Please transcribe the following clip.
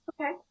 Okay